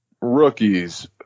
rookies